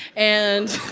and